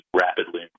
rapidly